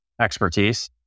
expertise